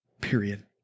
period